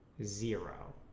zero